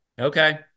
Okay